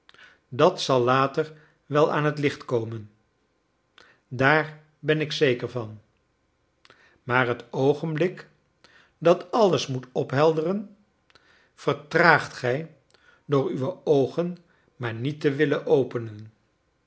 dat zal later wel aan t licht komen daar ben ik zeker van maar het oogenblik dat alles moet ophelderen vertraagt gij door uwe oogen maar niet te willen openen